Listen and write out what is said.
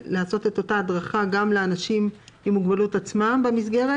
לעשות את אותה הדרכה גם לאנשים עם מוגבלות עצמם במסגרת.